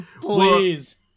please